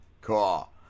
Cool